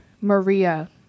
Maria